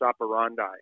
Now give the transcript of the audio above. operandi